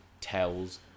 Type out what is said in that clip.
tells